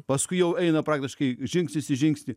paskui jau eina praktiškai žingsnis į žingsnį